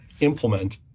implement